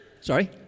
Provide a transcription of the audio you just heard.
Sorry